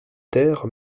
terres